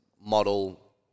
model